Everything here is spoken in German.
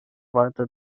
weiter